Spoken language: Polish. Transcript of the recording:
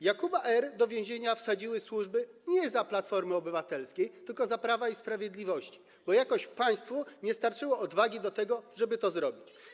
Jakuba R. do więzienia wsadziły służby nie za Platformy Obywatelskiej, tylko za Prawa i Sprawiedliwości, bo jakoś państwu nie starczyło odwagi do tego, żeby to zrobić.